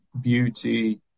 beauty